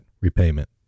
repayment